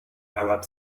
arab